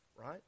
Right